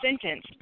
sentence